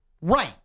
Right